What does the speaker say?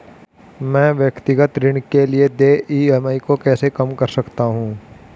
मैं व्यक्तिगत ऋण के लिए देय ई.एम.आई को कैसे कम कर सकता हूँ?